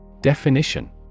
Definition